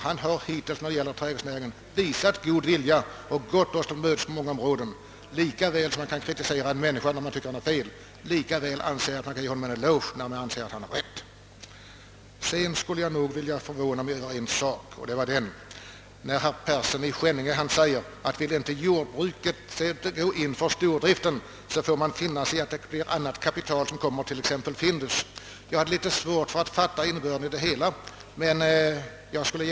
Han har hittills när det gäller trädgårdsnäringen visat god vilja och gått oss till mötes på många områden. Lika väl som man kritiserar en människa när man tycker att han har fel, lika väl anser jag att man kan ge honom en eloge när man anser att han har gjort någonting bra. Jag förvånade mig över att herr Persson i Skänninge sade, att om jordbrukarna inte vill gå in för stordrift, så får de finna sig i att annat kapital investeras på deras område, t.ex. av Findus. Jag hade litet svårt att förstå innebörden av herr Perssons resonemang på den punkten.